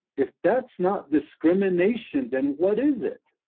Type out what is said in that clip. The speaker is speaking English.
if that's not discrimination, then what is it?